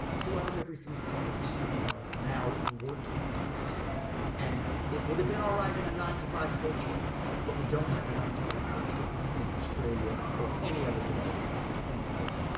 two out of every three couples are now working couples and it would have been alright in a nine to five culture but we don't have a nine to five culture in australia or any other developed country any more,